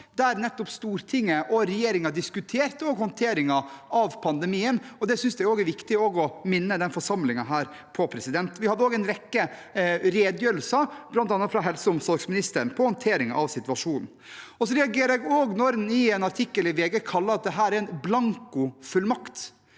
der nettopp Stortinget og regjeringen diskuterte håndteringen av pandemien, og det synes jeg det også er viktig å minne denne forsamlingen her på. Vi hadde også en rekke redegjørelser, bl.a. fra helse- og omsorgsministeren, om håndteringen av situasjonen. Jeg reagerer også når en i en artikkel i VG kaller dette en blankofullmakt.